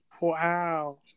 Wow